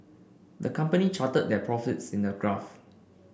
the company charted their profits in a graph